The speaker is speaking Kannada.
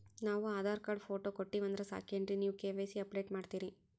ನಾವು ಆಧಾರ ಕಾರ್ಡ, ಫೋಟೊ ಕೊಟ್ಟೀವಂದ್ರ ಸಾಕೇನ್ರಿ ನೀವ ಕೆ.ವೈ.ಸಿ ಅಪಡೇಟ ಮಾಡ್ತೀರಿ?